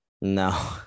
No